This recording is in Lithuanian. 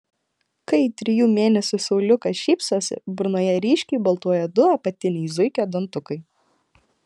kai trijų mėnesių sauliukas šypsosi burnoje ryškiai baltuoja du apatiniai zuikio dantukai